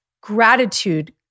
gratitude